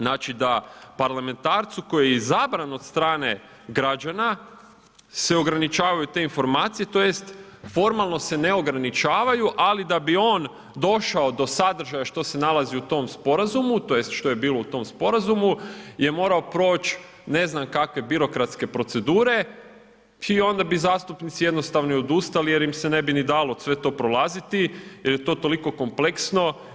Znači da parlamentarcu koji je izabran od strane građana se ograničavaju te informacije tj. formalno se ne ograničavaju, ali da bi on došao do sadržaja što se nalazi u tom sporazumu tj. što je bilo u tom sporazumu je morao proć ne znam kakve birokratske procedure i onda bi zastupnici jednostavno i odustali jer im se ne bi ni dalo sve to prolaziti jel je to toliko kompleksno.